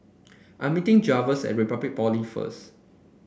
I'm meeting Javier at Republic Polytechnic first